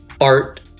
art